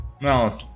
no